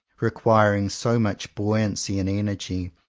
re quiring so much buoyancy and energy,